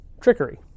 trickery